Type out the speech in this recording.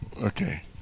Okay